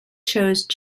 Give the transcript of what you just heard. chose